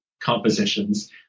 compositions